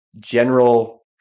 general